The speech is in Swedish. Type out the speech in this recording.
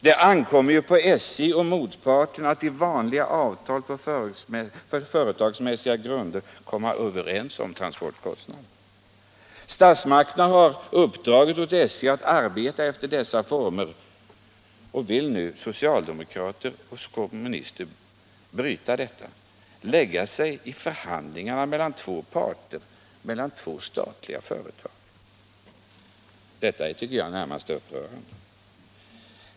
Det ankommer ju på SJ och motparterna att i vanligt avtal på företagsmässiga grunder komma överens om transportkostnaderna. Statsmakterna har uppdragit åt SJ att arbeta i dessa former, och nu vill socialdemokrater och kommunister bryta denna praxis och lägga sig i förhandlingarna mellan två parter, två statliga företag. Det tycker jag är närmast upprörande.